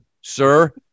sir